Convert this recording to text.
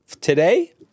today